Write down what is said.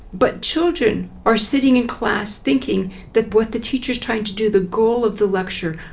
but children are sitting in class thinking that what the teacher is trying to do, the goal of the lecture,